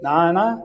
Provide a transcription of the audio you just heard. Nana